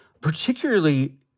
particularly